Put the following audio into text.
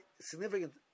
significant